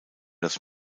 das